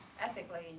ethically